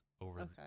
over